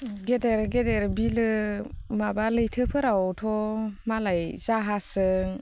गिदिर गिदिर बिलो माबा लैथोफोरावथ' मालाय जाहाजजों